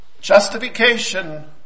justification